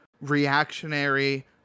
reactionary